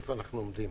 איפה אנחנו עומדים.